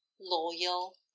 loyal